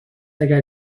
اگر